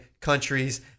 countries